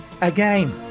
Again